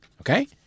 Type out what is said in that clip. Okay